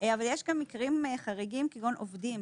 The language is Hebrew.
יש גם מקרים חריגים כמו עובדים